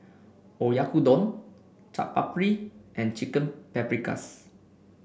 Oyakodon Chaat Papri and Chicken Paprikas